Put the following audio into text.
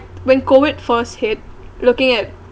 when COVID first hit looking at